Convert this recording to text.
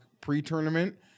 pre-tournament